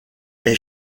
est